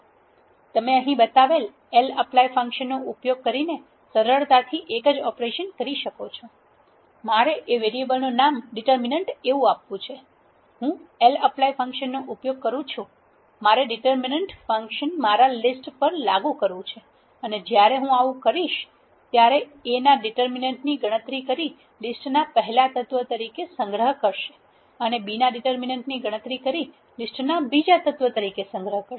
તમે અહીં બતાવેલ lapply ફંક્શનનો ઉપયોગ કરીને સરળતાથી એક જ ઓપરેશન કરી શકો છો મારે એ વેરીએબલનું નામ ડિટરમીનન્ટ આપવુ છે હું lapply ફંક્શનનો ઉપયોગ કરું છું મારે ડિટરમીનન્ટ ફંક્શન મારા લિસ્ટ પર લાગુ કરવુ છે અને જ્યારે હું આવુ કરીશ તે A ના ડિટરમીનન્ટ ની ગણતરી કરી લીસ્ટ ના પહેલા તત્વ તરીકે સંગ્રહ કરશે અને B ના ડિટરમીનન્ટ ની ગણતરી કરી લીસ્ટ ના બીજા તત્વ તરીકે સંગ્રહ કરશે